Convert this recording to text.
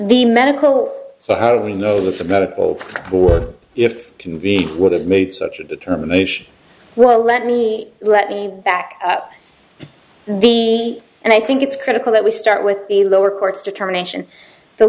the medical so how do we know that the medical board if conveyed would have made such a determination well let me let me back up the and i think it's critical that we start with the lower court's determination the